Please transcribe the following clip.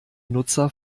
nutzer